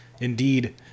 indeed